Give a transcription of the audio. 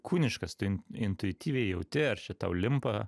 kūniškas tu in intuityviai jauti ar čia tau limpa